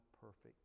perfect